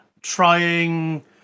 trying